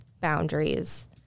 boundaries